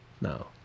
No